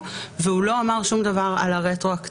והוא לא אמר שום דבר על הרטרואקטיבי.